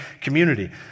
community